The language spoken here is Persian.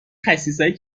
خسیسایی